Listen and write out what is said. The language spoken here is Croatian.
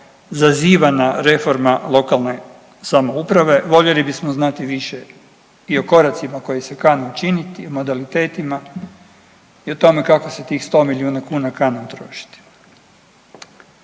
zazivana reforma lokalne samouprave, voljeli bismo znati više i o koracima koji se kane učiniti, modalitetima i o tome kako se tih 100 milijuna kuna kani utrošiti.